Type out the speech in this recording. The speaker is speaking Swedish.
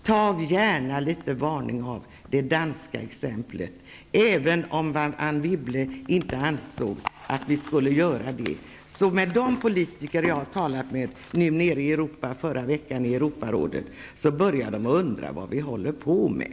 Ta gärna litet varning av det danska exemplet, även om Anne Wibble inte ansåg att vi skulle göra det. De politiker som jag förra veckan talade med i Europarådet har börjat undra vad vi håller på med.